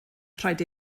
rhaid